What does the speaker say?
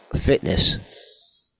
fitness